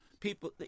People